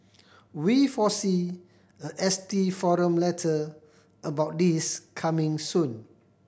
we foresee a S T forum letter about this coming soon